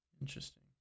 Interesting